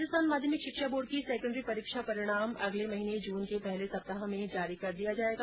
राजस्थान माध्यमिक शिक्षा बोर्ड की सैकेंडरी परीक्षा परिणाम अगले महीने जून के पहले सप्ताह में जारी कर दिया जाएगा